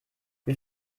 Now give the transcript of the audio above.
wie